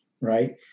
right